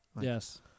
Yes